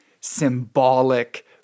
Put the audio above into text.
symbolic